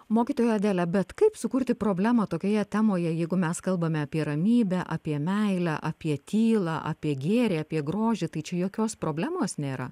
mokytoja adelė bet kaip sukurti problemą tokioje temoje jeigu mes kalbame apie ramybę apie meilę apie tylą apie gėrį apie grožį tai čia jokios problemos nėra